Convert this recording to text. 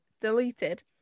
deleted